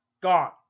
gone